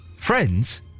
Friends